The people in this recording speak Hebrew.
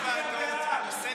למה זה לא טופל עד עכשיו?